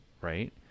right